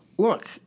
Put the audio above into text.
Look